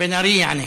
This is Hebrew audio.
בן ארי, יעני,